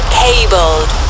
cabled